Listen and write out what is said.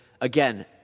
again